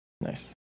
Nice